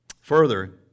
Further